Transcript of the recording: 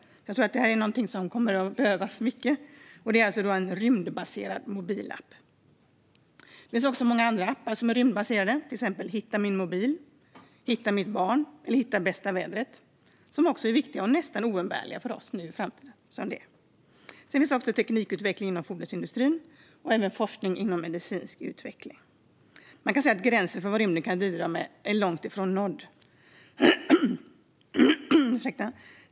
Jag tror att detta är något som kommer att behövas mycket. Det handlar alltså om en rymdbaserad mobilapp. Det finns många andra rymdbaserade appar för att till exempel hitta sin mobil, sitt barn eller det bästa vädret. De är viktiga och nästan oumbärliga för oss. Vi har även teknikutvecklingen inom fordonsindustrin och forskning inom medicinsk utveckling. Man kan säga att gränsen för vad rymden kan bidra med är långt ifrån nådd.